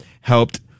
helped